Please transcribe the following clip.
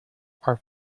are